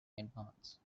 advance